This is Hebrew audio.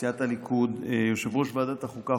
מסיעת הליכוד יושב-ראש ועדת החוקה,